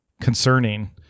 concerning